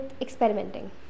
experimenting